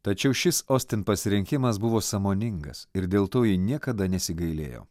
tačiau šis ostin pasirinkimas buvo sąmoningas ir dėl to ji niekada nesigailėjo